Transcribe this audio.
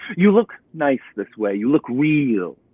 you look nice this way, you look real,